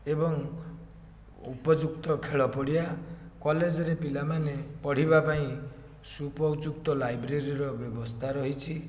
ଏବଂ ଉପଯୁକ୍ତ ଖେଳପଡ଼ିଆ କଲେଜରେ ପିଲାମାନେ ପଢ଼ିବା ପାଇଁ ସୁଉପଯୁକ୍ତ ଲାଇବ୍ରେରୀର ବ୍ୟବସ୍ଥା ରହିଛି